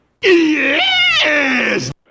Yes